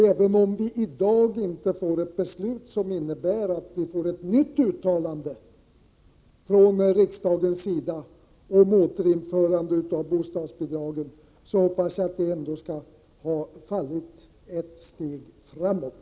Även om vi i dag inte får ett beslut som innebär ett nytt uttalande från riksdagens sida om återinförande av bostadsbidragen, så hoppas jag att frågan ändå skall ha fallit ett steg framåt.